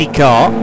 car